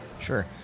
Sure